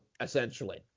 essentially